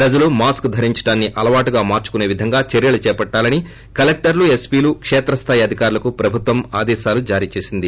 ప్రజలు మాస్కు ధరించడాన్ని అలవాటుగా మార్చుకునేలా చర్యలు చేపట్టాలని కల్లెక్టర్లు ఎస్పీలు కేత్రస్థాయి అధికారులకు ప్రభుత్వం ఆదేశాలు జారీ చేసింది